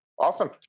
Awesome